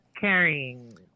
carrying